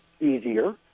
easier